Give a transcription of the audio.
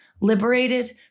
liberated